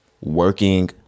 working